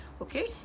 okay